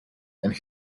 and